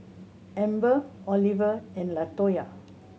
Amber Oliver and Latoya